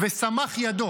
"וסמך ידו".